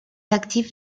actif